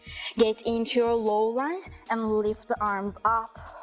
get into your low lunge, and lift the arms up